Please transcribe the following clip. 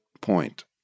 point